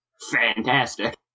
fantastic